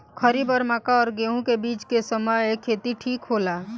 खरीफ और मक्का और गेंहू के बीच के समय खेती ठीक होला?